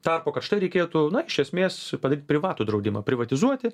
tarpo kad štai reikėtų na iš esmės palikt privatų draudimą privatizuoti